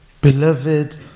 beloved